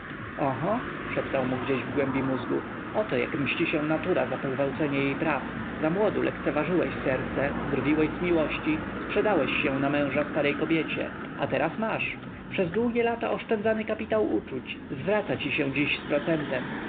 szeptał mu gdzieś w głębi mózgu oto jak mści się natura za pogwałcenie jej praw zamłodu lekceważyłeś serce drwiłeś z miłości sprzedałeś się na męża starej kobiecie a teraz masz przez długie lata oszczędzany kapitał uczuć zwraca ci się dziś z procentem